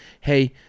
Hey